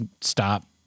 stop